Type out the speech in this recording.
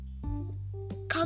Come